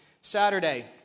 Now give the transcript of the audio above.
Saturday